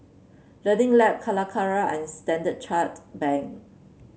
Learning Lab Calacara and Standard Chartered Bank